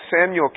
Samuel